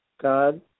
God